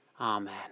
Amen